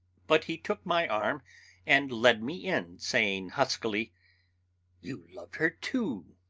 but he took my arm and led me in, saying huskily you loved her too,